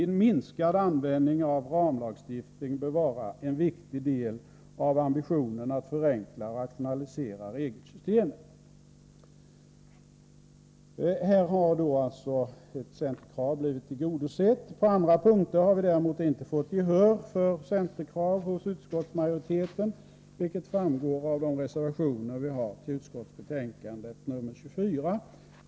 —— En minskad användning av ramlagstiftning bör vara en viktig del av ambitionen att förenkla och rationalisera regelsystemet.” Här har alltså ett centerkrav blivit tillgodosett. På andra punkter har vi däremot inte fått gehör för centerkraven hos utskottsmajoriteten, vilket framgår av de reservationer som vi har fogade till utskottsbetänkande 24.